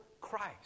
Christ